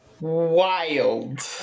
wild